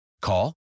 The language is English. Call